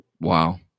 Wow